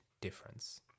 difference